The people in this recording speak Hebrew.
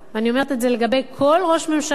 ואני אומרת את זה לגבי כל ראש ממשלה,